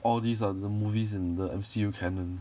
all these are the movies in the M_C_U canon